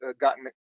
gotten